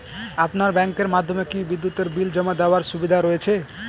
আপনার ব্যাংকের মাধ্যমে কি বিদ্যুতের বিল জমা দেওয়ার সুবিধা রয়েছে?